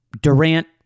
Durant